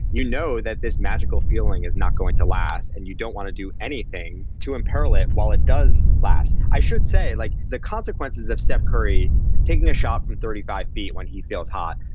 you know, that this magical feeling is not going to last and you don't want to do anything to imperil it while it does last. i should say like the consequences of steph curry taking a shot from thirty five feet when he feels hot.